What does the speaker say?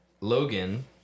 Logan